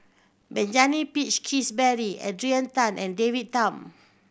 Benjamin Peach Keasberry Adrian Tan and David Tham